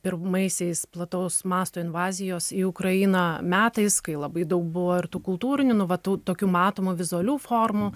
pirmaisiais plataus masto invazijos į ukrainą metais kai labai daug buvo ir tų kultūrinių nu va tų tokių matomų vizualių formų